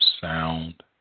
sound